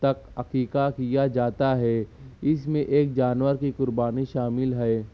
تک عقیقہ کیا جاتا ہے اس میں ایک جانور کی قربانی شامل ہے